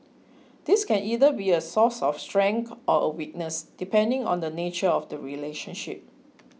this can either be a source of strength or a weakness depending on the nature of the relationship